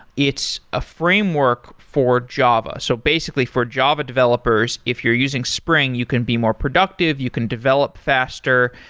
it's a framework for java. so basically for java developers, if you're using spring, you can be more productive. you can develop faster.